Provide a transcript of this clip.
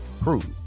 prove